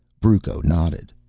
brucco nodded,